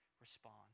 respond